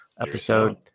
episode